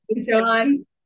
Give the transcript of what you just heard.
John